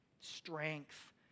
strength